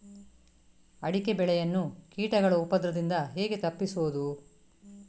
ಅಡಿಕೆ ಬೆಳೆಯನ್ನು ಕೀಟಗಳ ಉಪದ್ರದಿಂದ ಹೇಗೆ ತಪ್ಪಿಸೋದು?